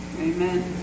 Amen